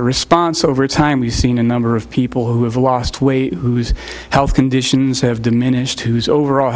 response over time we've seen a number of people who have lost weight whose health conditions have diminished whose overall